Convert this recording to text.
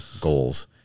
goals